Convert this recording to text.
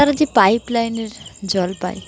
তারা যে পাইপ লাইনের জল পায়